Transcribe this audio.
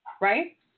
Right